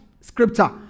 scripture